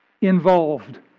involved